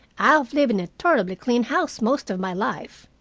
i've lived in a tolerably clean house most of my life.